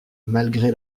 malgré